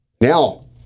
Now